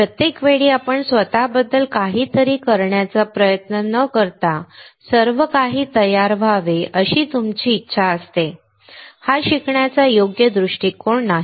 प्रत्येक वेळी आपण स्वत त्याबद्दल काहीतरी करण्याचा प्रयत्न न करता सर्वकाही तयार व्हावे अशी तुमची इच्छा असते हा शिकण्याचा योग्य दृष्टीकोन नाही